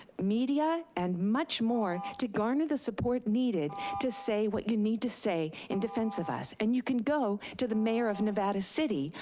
media and much more to garner the support needed to say what you need to say in defense of us. and you can go to the mayor of nevada city,